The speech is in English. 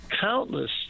countless